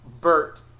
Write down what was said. Bert